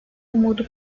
umudu